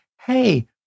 hey